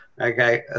okay